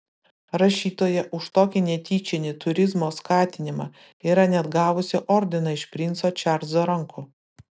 rašytoja už tokį netyčinį turizmo skatinimą yra net gavusi ordiną iš princo čarlzo rankų